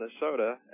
Minnesota